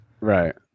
right